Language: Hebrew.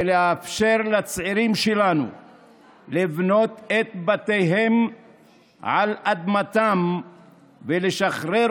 ולאפשר לצעירים שלנו לבנות את בתיהם על אדמתם ולשחרר